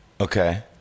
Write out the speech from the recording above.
Okay